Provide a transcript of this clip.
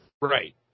Right